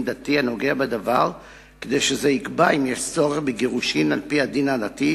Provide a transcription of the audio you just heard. הדתי הנוגע בדבר כדי שיקבע אם יש צורך בגירושין על-פי הדין הדתי